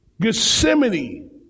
Gethsemane